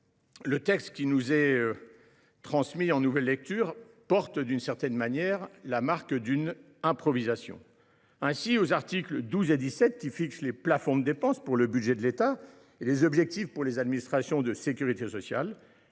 le texte qui nous a été transmis en nouvelle lecture porte la marque d’une certaine improvisation. Ainsi, aux articles 12 et 17, qui fixent des plafonds de dépenses pour le budget de l’État et des objectifs pour les administrations de sécurité sociale,